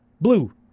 Blue